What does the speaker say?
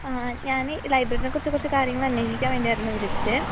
അ ആ ഞാൻ ലൈബ്രറിയെ കുറിച്ചു കുറച്ചു കാര്യങ്ങൾ അന്വേഷിക്കാൻ വേണ്ടിയായിരുന്നു വിളിച്ചത്